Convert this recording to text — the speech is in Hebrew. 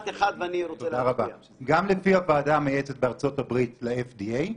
גם לפי הוועדה המייעצת בארצות הברית ל-FDA,